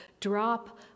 drop